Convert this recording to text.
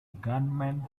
gunman